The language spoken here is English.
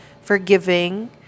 forgiving